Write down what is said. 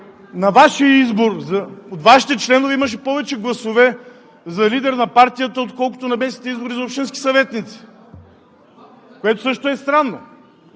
населени места от Вашите членове имаше повече гласове за лидер на партията, отколкото на местните избори за общински съветници, което също е странно!